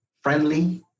friendly